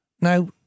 Now